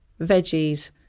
veggies